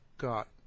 got